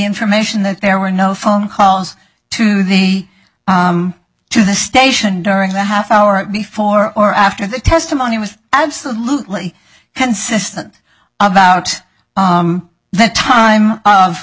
information that there were no phone calls to the to the station during the half hour right before or after the testimony was absolutely consistent about the time of